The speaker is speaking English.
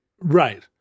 Right